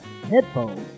headphones